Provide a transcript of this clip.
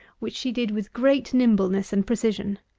which she did with great nimbleness and precision.